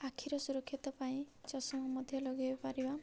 ଆଖିର ସୁରକ୍ଷିତ ପାଇଁ ଚଷମା ମଧ୍ୟ ଲଗେଇ ପାରିବା